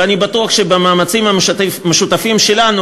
ואני בטוח שבמאמצים המשותפים שלנו,